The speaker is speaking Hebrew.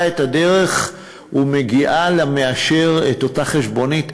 את הדרך ומגיעה למאשר את אותה חשבונית.